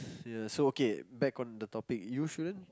ya so okay back on the topic you shouldn't